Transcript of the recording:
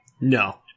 No